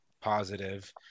positive